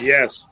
Yes